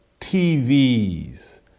TVs